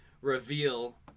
reveal